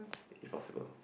if possible